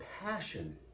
passion